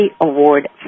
Award